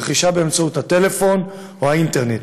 רכישה באמצעות הטלפון או האינטרנט,